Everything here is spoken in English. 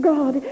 God